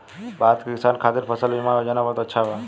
भारत के किसान खातिर फसल बीमा योजना बहुत अच्छा बा